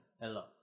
Hello